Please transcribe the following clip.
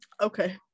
Okay